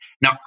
Now